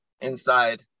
inside